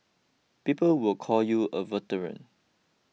people will call you a veteran